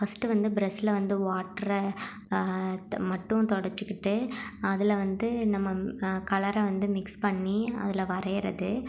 first வந்து பிரஷில் வந்து வாட்டரை மட்டும் தொடைச்சிக்கிட்டு அதில் வந்து நம்ம கலரை வந்து மிக்ஸ் பண்ணி அதில் வரையிறது